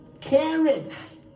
Carrots